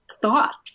Thoughts